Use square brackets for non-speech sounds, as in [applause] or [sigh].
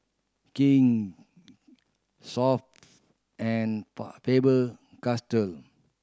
King [unintelligible] and [unintelligible] Faber Castell